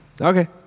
Okay